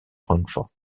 francfort